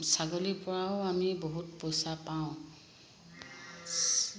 ছাগলীৰ পৰাও আমি বহুত পইচা পাওঁ